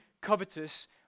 covetous